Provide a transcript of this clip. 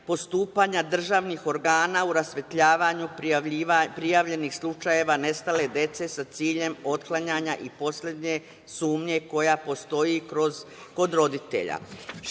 postupanja državnih organa u rasvetljavanju prijavljenih slučajeva nestale dece sa ciljem otklanjanja i poslednje sumnje koja postoji kod roditelja.